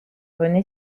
rené